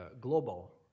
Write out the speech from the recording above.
global